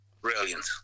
brilliant